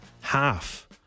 half